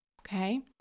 Okay